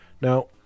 Now